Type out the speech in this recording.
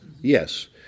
Yes